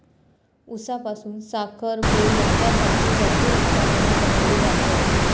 ऊसापासून साखर, गूळ हेंच्यासारखी भरपूर उत्पादना बनवली जातत